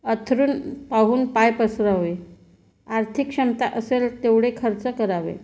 अंथरूण पाहून पाय पसरावे आर्थिक क्षमता असेल तेवढे खर्च करावे